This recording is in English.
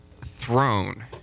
throne